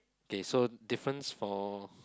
okay so difference for